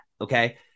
okay